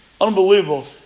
Unbelievable